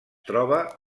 troba